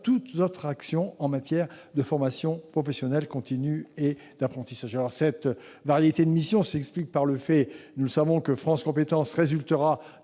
toutes autres actions en matière de formation professionnelle continue et d'apprentissage. Cette variété de missions s'explique par le fait que France compétences résultera